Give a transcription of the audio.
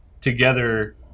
together